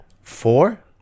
Four